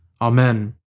Amen